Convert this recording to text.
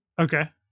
Okay